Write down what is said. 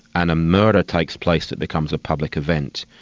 and a murder takes place that becomes a public event,